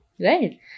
Right